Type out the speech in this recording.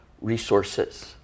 resources